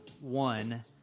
one